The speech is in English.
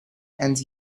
and